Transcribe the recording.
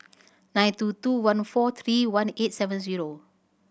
nine two two one four three one eight seven zero